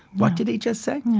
what did he just say?